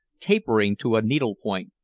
tapering to a needle-point,